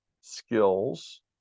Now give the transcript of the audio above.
skills